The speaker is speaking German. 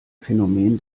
phänomen